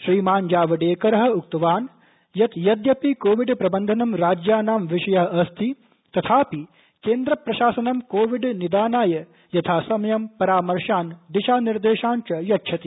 श्रीमान जावडेकरः उक्तवान यत यदयपि कोविड प्रबंधनं राज्यानां विषयः अस्ति तथापि केन्द्रप्रशासनं कोविडनिदानाय यथासमयं परामर्शान दिशानिर्देशान च यच्छति